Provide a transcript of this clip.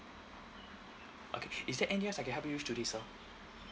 okay sure is there anything else that I can help you with today sir